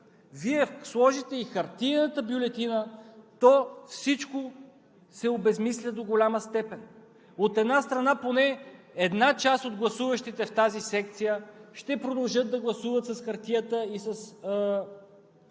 Вие сложите и хартиената бюлетина, то всичко се обезсмисля до голяма степен. От една страна, поне една част от гласуващите в тази секция ще продължат да гласуват с хартията с